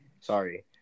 Sorry